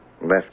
Left